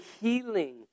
healing